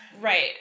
Right